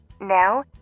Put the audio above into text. Now